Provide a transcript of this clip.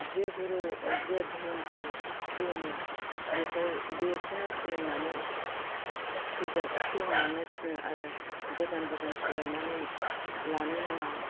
जे गुरु जे धोरोमखौ खुलुमो बेफोर बेखौनो खुलुमनानै थैजासे खुलुमलांनो थिनो आरो गोदान गोदान सोलायनो नाङा